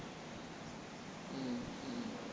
mm mm